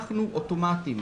אנחנו אוטומטים,